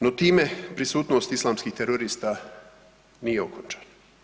No time prisutnost islamskih terorista nije okončan.